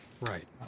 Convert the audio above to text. Right